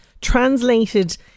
Translated